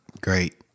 Great